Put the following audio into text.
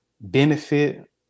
benefit